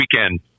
weekend